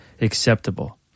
acceptable